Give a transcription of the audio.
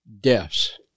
deaths